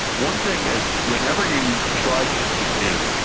one thing, and whenever you try something new,